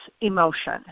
emotion